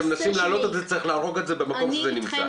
וכשמנסים להעלות את זה צריך להרוג את זה במקום שזה נמצא.